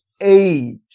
age